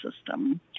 system